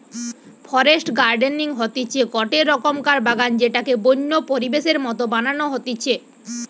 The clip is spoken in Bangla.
ফরেস্ট গার্ডেনিং হতিছে গটে রকমকার বাগান যেটাকে বন্য পরিবেশের মত বানানো হতিছে